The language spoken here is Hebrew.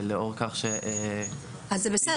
לאור כך שיידרש לבחון את זה --- אז זה בסדר,